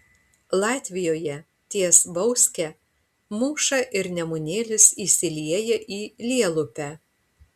latvijoje ties bauske mūša ir nemunėlis įsilieja į lielupę